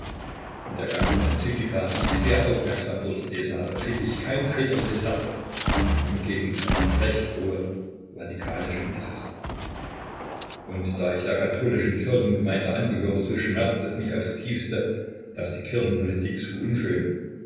in der ganzen enzyklika die ich sehr aufmerksam durchgelesen habe finde ich kein väterliches herze im gegenteil recht rohe vatikanische interessen und da ich der katholischen kirchengemeinde angehöre so schmerzt es mich aufs tiefste daß die kirchenpolitik so unschön